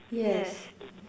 yes